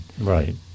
Right